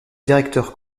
directeur